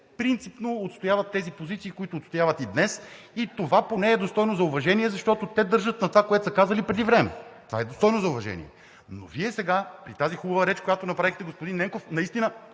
принципно отстояват тези позиции, които отстояват и днес. Това поне е достойно за уважение, защото те държат на това, което са казали преди време. Това е достойно за уважение. Вие сега обаче при тази хубава реч, която направихте, господин Ненков, наистина…